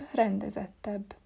rendezettebb